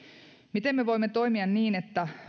miten me voimme toimia niin että